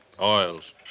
Oils